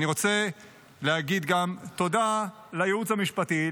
אני רוצה להגיד גם תודה לייעוץ המשפטי,